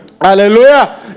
Hallelujah